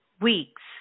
weeks